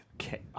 Okay